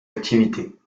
activités